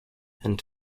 and